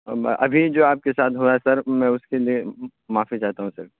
ابھی جو آپ کے ساتھ ہوا ہے سر میں اس کے لیے معافی چاہتا ہوں سر